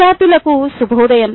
విధ్యార్ధులకి శుభోదయం